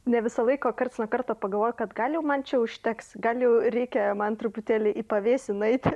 ne visą laiką o karts nuo karto pagalvoju kad gal jau man čia užteks gal jau reikia man truputėlį į pavėsį nueiti